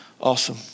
Awesome